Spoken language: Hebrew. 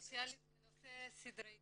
סוציאלית בנושא סדרי דין.